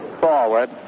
forward